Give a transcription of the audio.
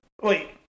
Wait